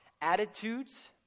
attitudes